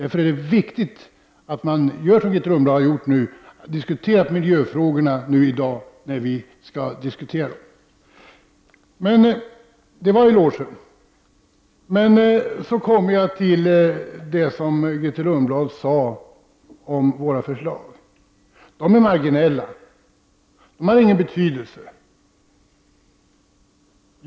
Därför är det viktigt att, som Grethe Lundblad har gjort, diskutera miljöfrågorna nu när vi skall diskutera dem. Det var elogen. Grethe Lundblad sade att våra förslag var marginella och inte hade någon betydelse.